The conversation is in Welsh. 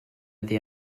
iddi